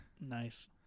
Nice